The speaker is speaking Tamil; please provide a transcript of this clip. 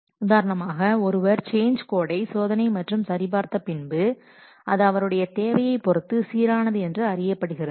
உதாரணமாக ஒருவர் சேஞ்ச் கோடை சோதனை மற்றும் சரி பார்த்த பின்பு அது அவருடைய தேவையைப் பொருத்து சீரானது என்று அறியப்படுகிறது